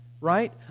right